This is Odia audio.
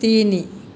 ତିନି